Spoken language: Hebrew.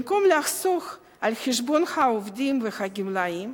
במקום לחסוך על חשבון העובדים והגמלאים,